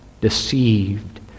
deceived